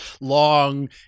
long